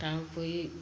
তাৰোপৰি